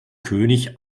könig